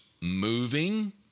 moving